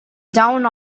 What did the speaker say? down